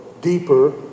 deeper